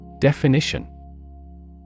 Definition